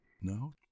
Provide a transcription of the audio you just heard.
No